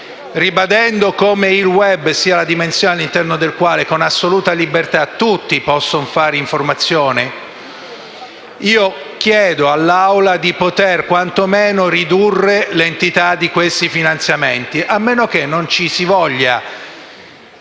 ribadendo come il *web* sia la dimensione all'interno della quale con assoluta libertà tutti possono fare informazione, chiedo all'Assemblea di poter quantomeno ridurre l'entità dei finanziamenti, a meno che non ci si voglia